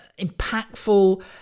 impactful